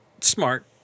smart